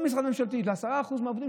בכל משרד ממשלתי ל-10% מהעובדים,